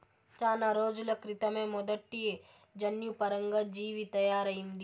చానా రోజుల క్రితమే మొదటి జన్యుపరంగా జీవి తయారయింది